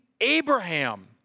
Abraham